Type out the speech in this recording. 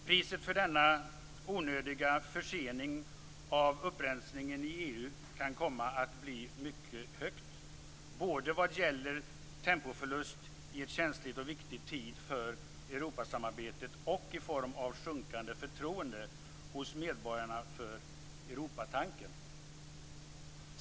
Priset för denna onödiga försening av upprensningen i EU kan komma att bli mycket högt, både vad gäller tempoförlust i en känslig och viktig tid för Europasamarbetet och i form av sjunkande förtroende hos medborgarna för Europatanken.